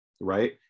right